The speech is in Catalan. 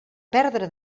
perdre